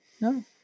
No